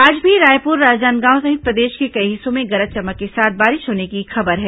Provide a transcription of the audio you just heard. आज भी रायपुर राजनांदगांव सहित प्रदेश के कई हिस्सों में गरज चमक के साथ बारिश होने की खबर है